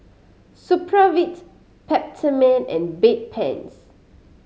Supravit Peptamen and Bedpans